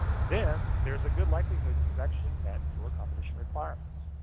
then there's a good likelihood you've actually met your competition requirements.